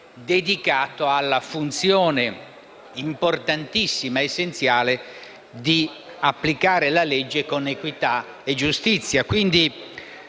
dedicato alla funzione importantissima ed essenziale di applicare la legge con equità e giustizia.